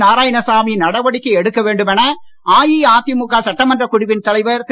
நாராயணசாமி நடவடிக்கை எடுக்க வேண்டும் என அஇஅதிமுக சட்டமன்றக் குழுவின் தலைவர் திரு